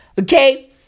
okay